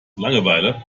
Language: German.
langeweile